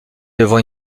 devant